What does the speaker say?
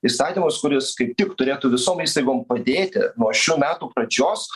įstatymas kuris kaip tik turėtų visom įstaigom padėti nuo šių metų pradžios